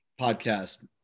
podcast